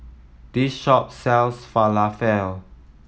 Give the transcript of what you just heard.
this shop sells Falafel